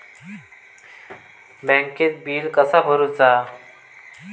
बँकेत बिल कसा भरुचा?